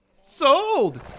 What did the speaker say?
Sold